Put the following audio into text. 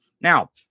Now